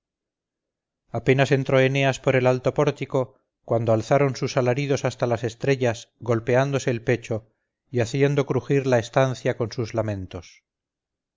apenas entró eneas por el alto pórtico cuando alzaron sus alaridos hasta las estrellas golpeándose el pecho y haciendo crujir la estancia con sus lamentos